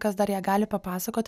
kas dar ją gali papasakot